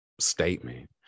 statement